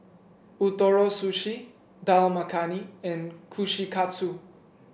Ootoro Sushi Dal Makhani and Kushikatsu